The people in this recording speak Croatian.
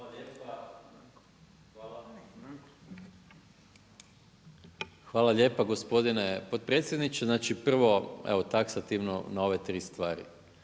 Hvala lijepa gospodin potpredsjedniče. Znači prvo evo taksativno na ove 3 stvari,